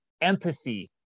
empathy